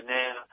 now